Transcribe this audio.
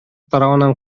тарабынан